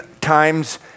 times